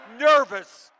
nervous